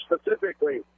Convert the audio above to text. specifically –